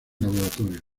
laboratorio